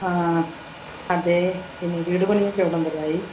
ആ അതേ പിന്നെ വീടുപണിയൊക്കെ എവിടം വരെ ആയി